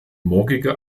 morgige